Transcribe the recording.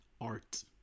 art